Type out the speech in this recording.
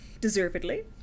Deservedly